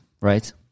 right